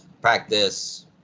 practice